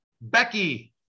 Becky